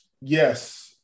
Yes